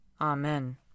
Amen